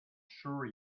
sure